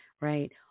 right